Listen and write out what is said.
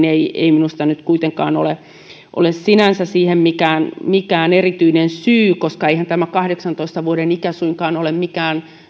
ei ei minusta nyt kuitenkaan ole sinänsä siihen mikään mikään erityinen syy koska eihän tämä kahdeksantoista vuoden ikä suinkaan ole mikään